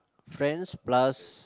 friends plus